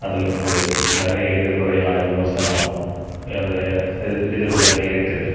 அதில் இருந்து நிறைய எதிர்மறையான விமர்சனம் அதையே இது எதிர்கொள்ள நேரிட்டது